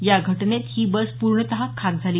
या घटनेत ही बस पूर्णतः खाक झाली